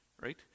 right